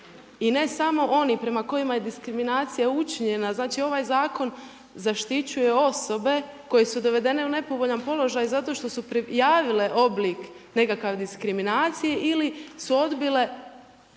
i ne samo oni prema kojima je diskriminacija učinjena. Znači ovaj zakon zaštićuje osobe koje su dovedene u nepovoljan položaj zato što su prijavile nekakav oblik diskriminacije ili su odbile